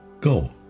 Go